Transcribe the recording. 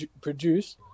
produce